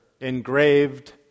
Engraved